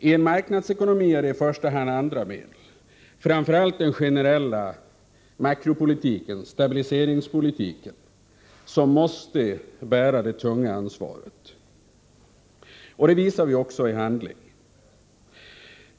I en marknadsekonomi är det i första hand andra medel — framför allt den generella makropolitiken och stabiliseringspolitiken — som måste bära det tunga ansvaret. Det visar vi också i handling.